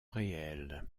réel